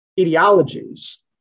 ideologies